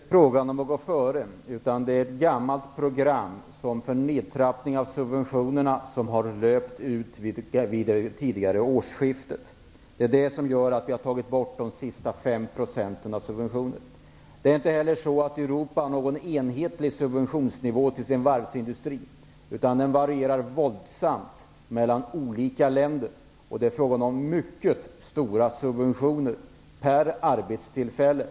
Herr talman! Det är inte frågan om att gå före. Det är ett gammalt program för nedtrappning av subventionerna som löpte ut vid årsskiftet. Det är det som gör att vi har tagit bort de sista fem procenten av subventioner. Det är inte heller så att Europa har någon enhetlig subventionsnivå till sin varvsindustri. Den varierar våldsamt mellan olika länder. Det är frågan om mycket stora subventioner per arbetstillfälle.